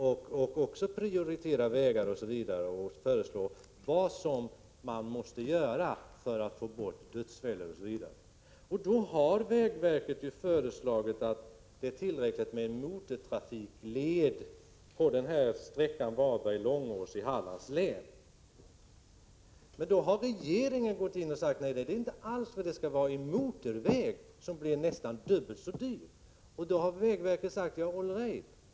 Det är där man prioriterar vilka vägar som skall byggas, föreslår vad som måste göras för att få bort dödsfällor osv. Vägverket har ansett att det är tillräckligt med en motortrafikled på sträckan Varberg-Långås i Hallands län. Men regeringen har gått in och sagt: Nej, det är inte alls tillräckligt med en motortrafikled — det skall vara en motorväg. En motorväg blir nästan dubbelt så dyr. Vägverket har sagt all right men att man i så fall måste få extra pengar.